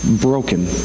broken